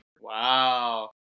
Wow